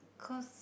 cause